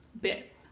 bit